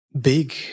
big